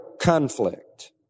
conflict